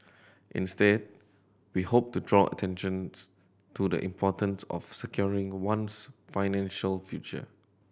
instead we hoped to draw attentions to the importance of securing one's financial future